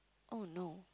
oh no